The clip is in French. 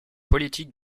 politique